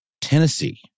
Tennessee